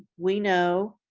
we know,